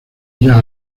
ella